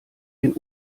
den